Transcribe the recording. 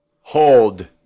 Hold